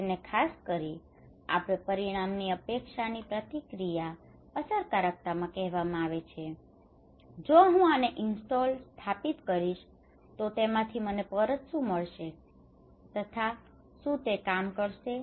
જેને ખાસ કરીને આપણે પરિણામની અપેક્ષાની પ્રતિક્રિયા અસરકારકતા કહેવામાં આવે છે જો હું આને ઇન્સ્ટોલ install સ્થાપિત કરવું કરીશ તો તેમાંથી મને પરત શું મળશે તથા શું તે કામ કરશે